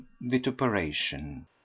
vituperation